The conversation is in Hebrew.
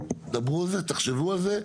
תדברו על זה, תחשבו על זה.